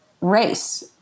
race